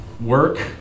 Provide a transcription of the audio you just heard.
work